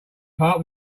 part